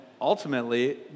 ultimately